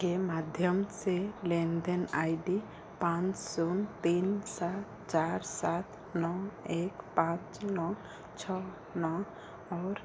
के माध्यम से लेन देन आई डी पाँच शून्य तीन सात चार सात नौ एक पाँच नौ छः नौ और